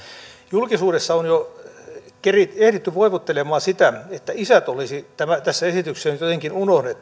julkisuudessa on jo ehditty voivottelemaan sitä että isät olisi tässä esityksessä nyt jotenkin unohdettu